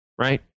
right